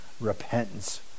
repentance